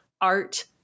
art